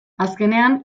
azkenean